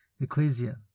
Ecclesia